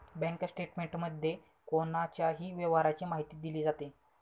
bank स्टेटमेंटमध्ये कोणाच्याही व्यवहाराची माहिती दिली जाते